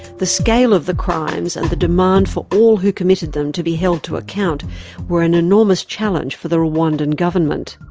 the scale of the crimes and the demand for all who committed them to be held to account were an enormous challenge for the rwandan government.